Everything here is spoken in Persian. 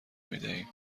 میدهیم